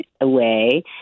away